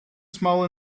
small